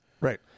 right